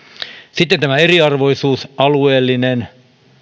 sitten tämä eriarvoisuus alueellinen